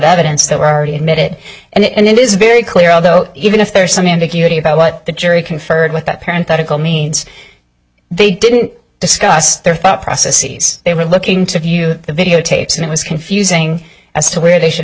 evidence that were already admitted and it is very clear although even if there is some indicating about what the jury conferred with that parent article means they didn't discuss their thought processes they were looking to view the videotapes and it was confusing as to where they should